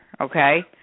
okay